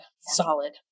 Solid